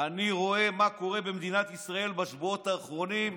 אני רואה מה קורה במדינת ישראל בשבועות האחרונים,